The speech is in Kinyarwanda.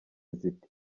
ziti